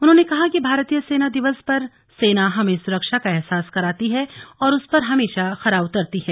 उन्होंने कहा कि भारतीय सेना दिवस पर सेना हमें सुरक्षा का एहसास कराती है और उस पर हमेशा खरा उतरती है